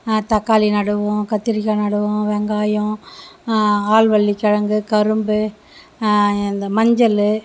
தக்காளி நடுவோம் கத்திரிக்காய் நடுவோம் வெங்காயம் ஆள்வள்ளி கெழங்கு கரும்பு இந்த மஞ்சள்